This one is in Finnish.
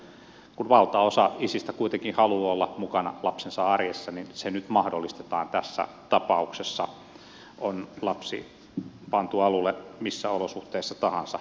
kun valtaosa isistä kuitenkin haluaa olla mukana lapsensa arjessa niin se nyt mahdollistetaan tässä tapauksessa on lapsi pantu alulle missä olosuhteissa tahansa